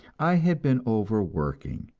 i had been overworking,